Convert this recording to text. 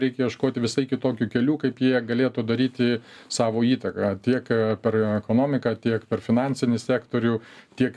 reikia ieškoti visai kitokių kelių kaip jie galėtų daryti savo įtaką tiek per ekonomiką tiek per finansinį sektorių tiek